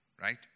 right